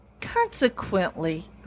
Consequently